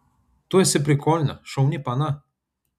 tu esi prikolna šauni pana